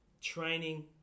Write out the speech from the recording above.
training